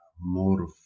more